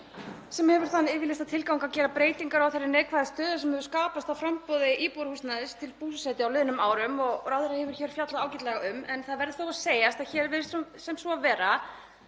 sem hefur þann yfirlýsta tilgang að gera breytingar á þeirri neikvæðu stöðu sem hefur skapast á framboði íbúðarhúsnæðis til búsetu á liðnum árum og ráðherra hefur fjallað ágætlega um. En það verður þó að segjast að hér virðist löggjafinn ætla